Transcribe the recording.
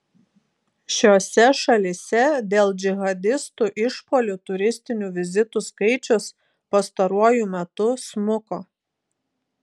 šiose šalyse dėl džihadistų išpuolių turistinių vizitų skaičius pastaruoju metu smuko